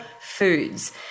foods